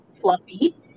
fluffy